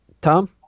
tom